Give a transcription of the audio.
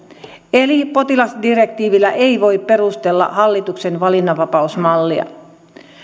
eli potilasdirektiivillä ei voi perustella hallituksen valinnanvapausmallia